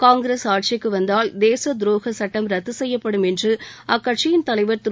காங்கிரஸ் ஆட்சிக்கு வந்தால் தேசத் துரோக சுட்டம் ரத்து செய்யப்படும் என்று அக்கட்சியின் தலைவர் திரு